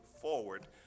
forward